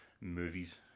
movies